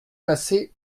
passé